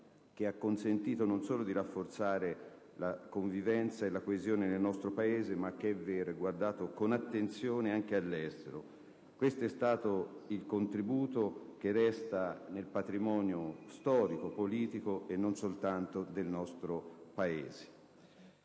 solo ha consentito di rafforzare la convivenza e la coesione nel nostro Paese, ma che - è vero - è guardato con attenzione anche all'estero. Questo è stato il contributo che resta nel patrimonio storico e politico, e non soltanto del nostro Paese.